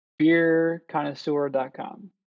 beerconnoisseur.com